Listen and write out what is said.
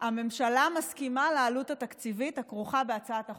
הממשלה מסכימה לעלות התקציבית הכרוכה בהצעת החוק.